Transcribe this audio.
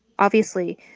obviously,